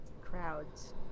Crowds